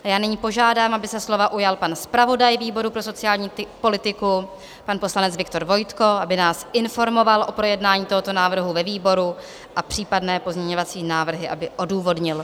Já nyní požádám, aby se slova ujal zpravodaj výboru pro sociální politiku, pan poslanec Viktor Vojtko, aby nás informoval o projednání tohoto návrhu ve výboru a případné pozměňovací návrhy aby odůvodnil.